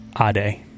Ade